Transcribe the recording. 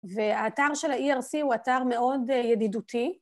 והאתר של ה-ERC הוא אתר מאוד ידידותי.